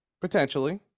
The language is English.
potentially